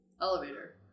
elevator